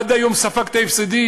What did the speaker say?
עד היום הוא ספג את ההפסדים,